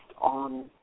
on